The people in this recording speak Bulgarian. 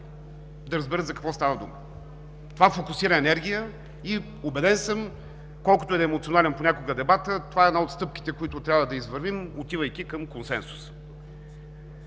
да разберат за какво става дума. Това фокусира енергия и съм убеден – колкото и емоционален да е понякога дебатът, това е една от стъпките, които трябва да извървим, отивайки към консенсус.